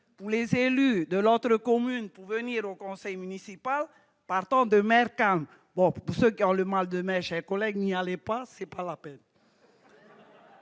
pour les élus de l'autre commune pour venir au conseil municipal, partant de mer calme, bon ce car le mal de mes chers collègues n'y allait pas, c'est pas la paix.